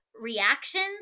reactions